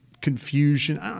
confusion